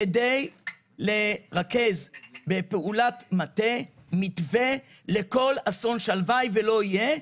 כדי לרכז בפעולת מטה מתווה לכל אסון - שהלוואי ולא יהיה,